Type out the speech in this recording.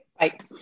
Right